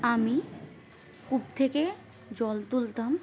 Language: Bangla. আমি কূপ থেকে জল তুলতাম